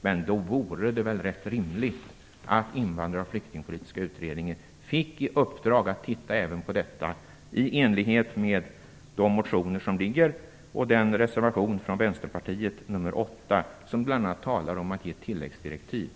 Men då vore det väl rätt rimligt att Invandrarpolitiska utredningen och Flyktingspolitiska utredningen fick i uppdrag att studera även detta i enlighet med de motioner som väckts och reservation nr 8 från Vänsterpartiet med angivande av tilläggsdirektiv.